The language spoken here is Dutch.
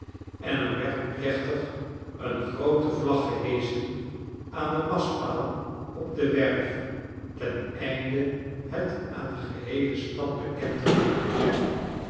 en er werd plechtig een groote vlag geheschen aan den mastpaal op de werf ten einde het aan de geheele stad bekend te maken